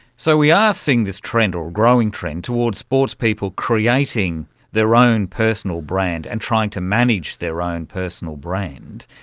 so we are seeing this trend or a growing trend towards sportspeople creating their own personal brand and trying to manage their own personal brand.